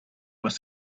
was